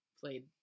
played